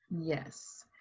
Yes